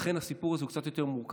לכן הסיפור הזה הוא קצת יותר מורכב.